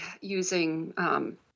using